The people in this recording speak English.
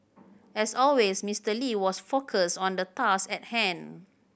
as always Mister Lee was focused on the task at hand